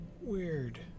Weird